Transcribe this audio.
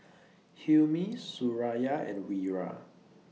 Hilmi Suraya and Wira